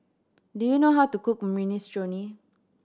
do you know how to cook Minestrone